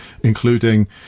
including